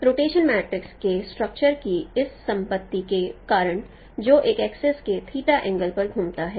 rotation matrix के structure की इस संपत्ति के कारण जो एक एक्सिस के एंगल पर घूमता है